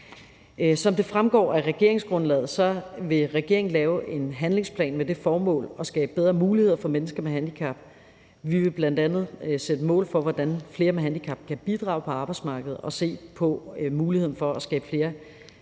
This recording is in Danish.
Som det fremgår af regeringsgrundlaget, vil regeringen lave en handlingsplan med det formål at skabe bedre muligheder for mennesker med handicap. Vi vil bl.a. sætte mål for, hvordan flere med handicap kan bidrage på arbejdsmarkedet, og se på muligheden for at skabe flere